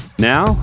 Now